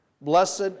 Blessed